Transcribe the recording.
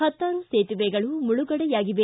ಪತ್ತಾರು ಸೇತುವೆಗಳು ಮುಳುಗಡೆಯಾಗಿವೆ